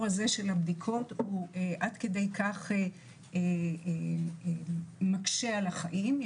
הזה של הבדיקות הוא עד כדי כך מקשה על החיים.